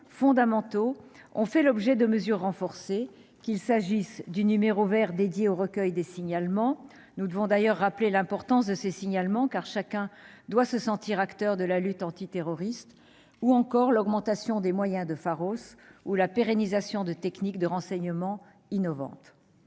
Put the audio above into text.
fondamentaux, ont fait l'objet de mesures renforcées, qu'il s'agisse du numéro vert dédié au recueil de signalements- nous devons d'ailleurs rappeler l'importance de ces signalements, car chacun doit se sentir acteur de la lutte antiterroriste -, de l'augmentation des moyens de Pharos, ou encore de la pérennisation de techniques de renseignement innovantes.